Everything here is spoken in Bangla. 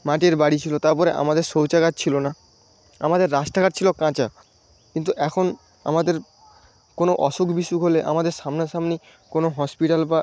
মাটির বাড়ি ছিল তারপর আমাদের শৌচাগার ছিল না আমাদের রাস্তাঘাট ছিল কাঁচা কিন্তু এখন আমাদের কোনো অসুখ বিসুখ হলে আমাদের সামনাসামনি কোনো হসপিটাল বা